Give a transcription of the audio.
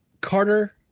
Carter